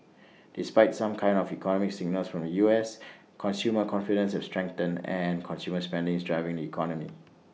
despite some kind of economic signals from the U S consumer confidence has strengthened and consumer spending is driving the economy